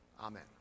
Amen